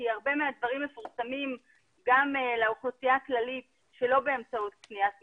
כי הרבה מהדברים מפורסמים גם לאוכלוסייה הכללית שלא באמצעות קניית מדיה,